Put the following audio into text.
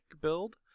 build